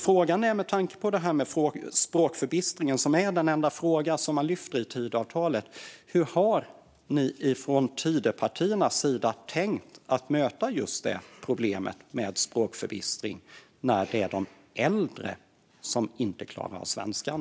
Frågan är, med tanke på att språkkravet är den enda fråga man lyfter i Tidöavtalet, hur ni från Tidöpartiernas sida har tänkt möta problemet med språkförbistring när det är de äldre som inte klarar av svenskan.